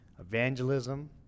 evangelism